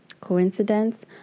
coincidence